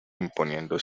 imponiendo